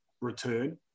return